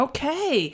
Okay